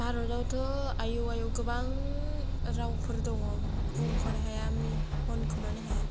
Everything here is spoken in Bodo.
भारतआवथ' आयौ आयौ गोबां रावफोर दङ बुंख'नो हाया होनख'नोनो हाया